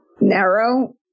narrow